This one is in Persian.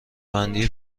بندی